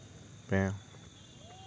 ᱯᱮ